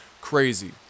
Crazy